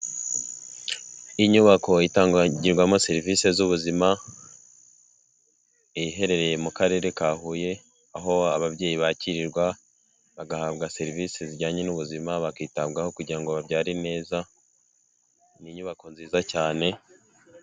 Inyubako itangwagirwamo serivisi z'ubuzima iherereye mu karere ka Huye aho ababyeyi bakirirwa bagahabwa serivisi zijyanye n'ubuzima bakitabwaho kugira ngo babyare neza ni inyubako nziza cyane.